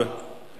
אני